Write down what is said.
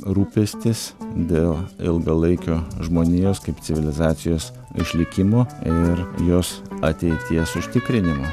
rūpestis dėl ilgalaikio žmonijos kaip civilizacijos išlikimo ir jos ateities užtikrinimo